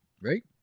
Right